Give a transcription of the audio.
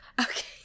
Okay